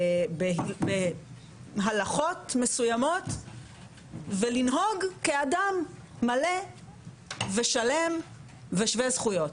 בהלכות מסוימות ולנהוג כאדם מלא ושלם ושווה זכויות,